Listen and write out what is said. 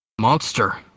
Monster